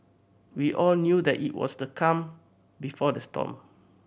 we all knew that it was the calm before the storm